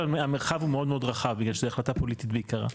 אבל המרחב הוא מאוד מאוד רחב בגלל שזו החלטה פוליטית בעיקרה.